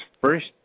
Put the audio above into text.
first